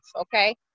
okay